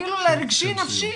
אפילו רגשי-נפשי,